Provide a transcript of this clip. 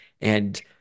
And-